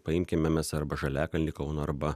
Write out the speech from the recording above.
paimkime mes arba žaliakalnį kauno arba